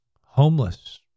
homeless